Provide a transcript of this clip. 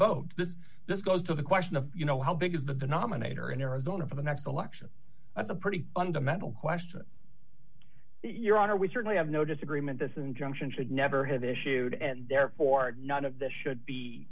vote this this goes to the question of you know how big is the denominator in arizona for the next election that's a pretty fundamental question your honor we certainly have no disagreement this injunction should never have issued and therefore none of this should be